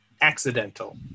accidental